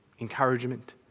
encouragement